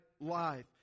life